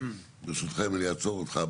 ברשותך אני אעצור אותך.